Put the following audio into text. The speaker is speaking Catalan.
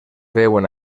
veuen